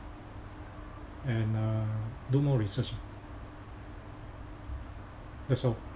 and uh do more research that's all